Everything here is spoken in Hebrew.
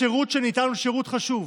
השירות שניתן הוא שירות חשוב.